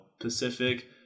Pacific